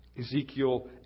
Ezekiel